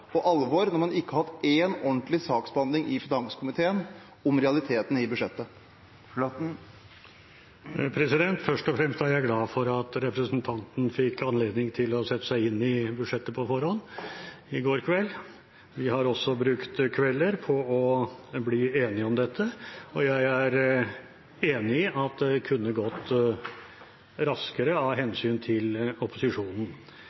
på alvor – når man ikke har hatt én ordentlig saksbehandling i finanskomiteen om realitetene i budsjettet? Først og fremst er jeg glad for at representanten fikk anledning til å sette seg inn i budsjettet på forhånd, i går kveld. Vi har også brukt kvelder på å bli enige om dette, og jeg er enig i at det kunne gått raskere, av